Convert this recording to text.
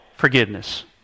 forgiveness